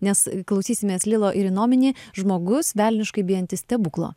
nes klausysimės lilo ir inomini žmogus velniškai bijantis stebuklo